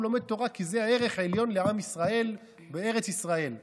הוא לומד תורה כי זה ערך עליון לעם ישראל בארץ ישראל ובכלל.